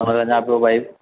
वञा पियो भई